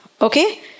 Okay